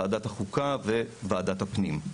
ועדת החוקה וועדת הפנים.